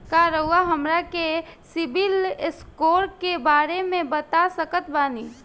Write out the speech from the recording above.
का रउआ हमरा के सिबिल स्कोर के बारे में बता सकत बानी?